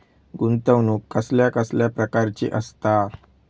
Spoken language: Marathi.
गुंतवणूक कसल्या कसल्या प्रकाराची असता?